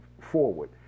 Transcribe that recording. forward